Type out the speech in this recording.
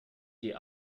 die